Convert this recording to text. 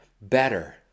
better